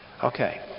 Okay